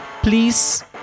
please